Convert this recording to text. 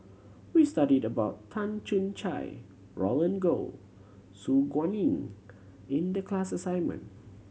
we studied about Tan Choo Kai Roland Goh Su Guaning in the class assignment